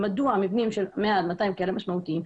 מדוע המבנים של 100 עד 200 קילוואט כאלה משמעותיים?